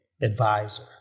advisor